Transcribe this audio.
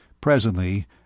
Presently